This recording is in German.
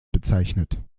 bezeichnet